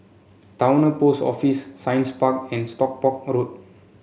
Towner Post Office Science Park and Stockport Road